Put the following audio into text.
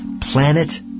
Planet